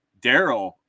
Daryl